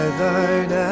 thine